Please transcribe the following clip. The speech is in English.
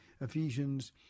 Ephesians